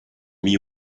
mis